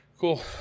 cool